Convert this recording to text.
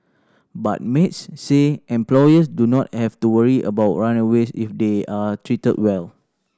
but Maids say employers do not have to worry about runaways if they are treated well